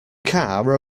car